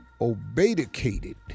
obedicated